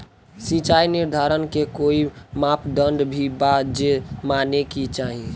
सिचाई निर्धारण के कोई मापदंड भी बा जे माने के चाही?